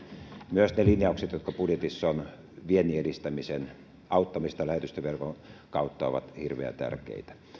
myös ne linjaukset jotka budjetissa ovat viennin edistämisen auttamisesta lähetystöverkon kautta ovat hirveän tärkeitä